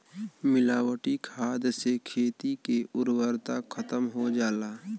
मिलावटी खाद से खेती के उर्वरता खतम हो जाला